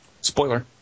Spoiler